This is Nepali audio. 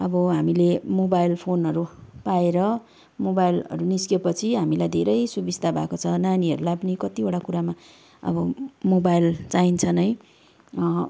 अब हामीले मोबाइल फोनहरू पाएर मोबाइलहरू निस्किएपछि हामीलाई धेरै सुविस्ता भएको छ नानीहरूलाई पनि कतिवटा कुरामा अब मोबाइल चाहिन्छ नै